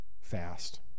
fast